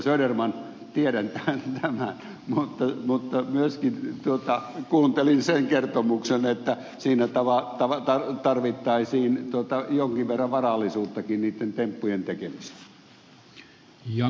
söderman tiedän tämän mutta myöskin kuuntelin sen kertomuksen että siinä tarvittaisiin jonkin verran varallisuuttakin niitten temppujen tekemiseen